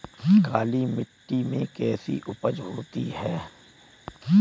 काली मिट्टी में कैसी उपज होती है?